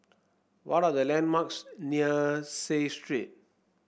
what are the landmarks near Seah Street